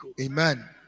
Amen